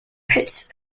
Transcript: pits